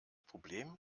problem